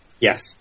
Yes